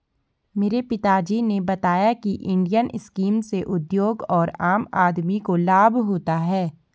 मेरे पिता जी ने बताया की इंडियन स्कीम से उद्योग और आम आदमी को लाभ होता है